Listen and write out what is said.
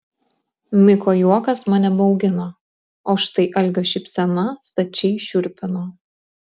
miko juokas mane baugino o štai algio šypsena stačiai šiurpino